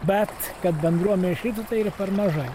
bet kad bendruomenė išeitų tai yra per mažai